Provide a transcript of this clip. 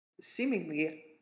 seemingly